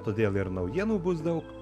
todėl ir naujienų bus daug